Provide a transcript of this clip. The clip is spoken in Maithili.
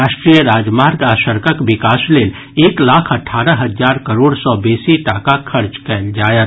राष्ट्रीय राजमार्ग आ सड़कक विकास लेल एक लाख अठारह हजार करोड़ सॅ बेसी टाका खर्च कयल जायत